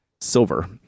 silver